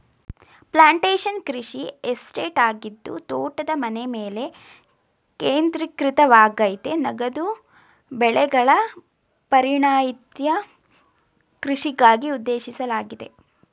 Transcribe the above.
plantation ಕೃಷಿ estate ಆಗಿದ್ದು ತೋಟದ ಮನೆಮೇಲೆ ಕೇಂದ್ರೀಕೃತವಾಗಯ್ತೆ ನಗದು ಬೆಳೆಗಳ ಪರಿಣತಿಯ ಕೃಷಿಗಾಗಿ ಉದ್ದೇಶಿಸಲಾಗಿದೆ